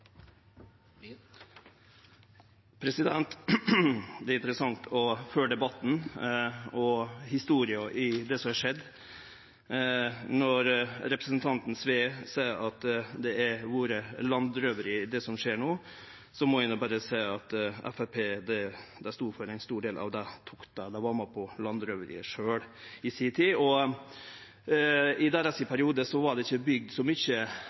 vilje, det er heilt openbert. Det er interessant å følgje debatten og historia om det som har skjedd. Når representanten Sve seier at det som skjer no, er landevegsrøveri, må eg berre seie at Framstegspartiet stod for ein stor del av det, dei var med på landevegsrøveriet sjølve i si tid. I perioden deira var det ikkje bygt så mykje